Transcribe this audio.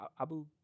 Abu